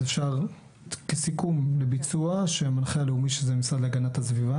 אז אפשר כסיכום לביצוע שהמנחה הלאומי שזה המשרד להגנת הסביבה,